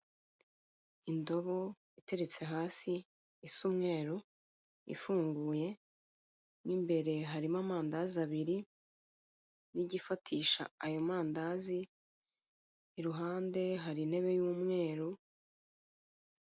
Indobo iteretse hasi isa umweru, ifunguye, mo imbere harimo amandazi abiri, n'igifatisha ayo mandazi, iruhande hari intebe y'umweru.